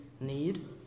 need